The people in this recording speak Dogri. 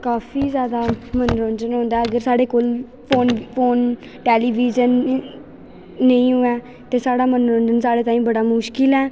काफी जादा मनोरंजन होंदा ऐ अगर साढ़े कोल फोन फोन टैलीबीजन नेईं होऐ ते साढ़ा मनोरंजन साढ़े ताईं बड़ा मुश्किल ऐ